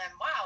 Wow